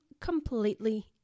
completely